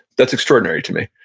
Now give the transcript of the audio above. that's extraordinary to me.